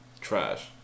Trash